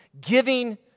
giving